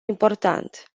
important